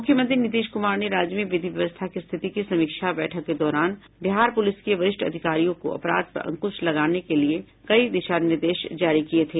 मुख्यमंत्री नीतीश कुमार ने राज्य में विधि व्यवस्था की स्थिति की समीक्षा बैठक के दौरान बिहार पुलिस के वरिष्ठ अधिकारियों को अपराध पर अंकुश लगाने के लिए कई दिशा निर्देश जारी किये थे